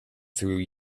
through